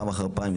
פעם אחר פעם,